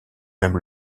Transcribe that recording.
même